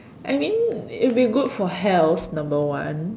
I mean it'll be good for health number one